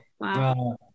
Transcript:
Wow